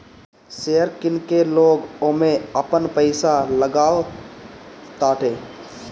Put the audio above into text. share किन के लोग ओमे आपन पईसा लगावताटे